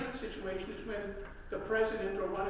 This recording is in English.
situation is when the president,